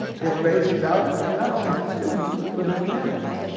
it raises outcomes not only for students but for their families.